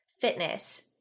fitness